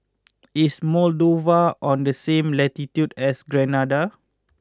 is Moldova on the same latitude as Grenada